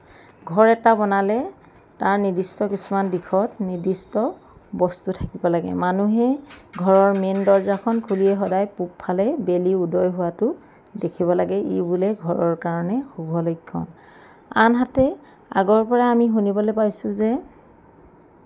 ঘৰ এটা বনালে তাৰ নিৰ্দিষ্ট কিছুমান দিশত নিৰ্দিষ্ট বস্তু থাকিব লাগে মানুহে ঘৰৰ মেইন দৰজাখন খুলিয়েই সদায় পূৱফালে বেলি উদয় হোৱাটো দেখিব লাগে ই বোলে ঘৰৰ কাৰণে শুভ লক্ষণ আনহাতে আগৰ পৰাই আমি শুনিবলৈ পাইছোঁ যে